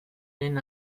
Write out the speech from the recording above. lehen